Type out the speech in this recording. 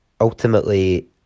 ultimately